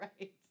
Right